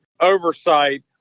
oversight